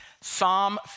Psalm